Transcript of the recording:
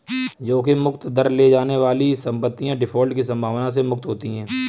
जोखिम मुक्त दर ले जाने वाली संपत्तियाँ डिफ़ॉल्ट की संभावना से मुक्त होती हैं